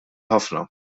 ħafna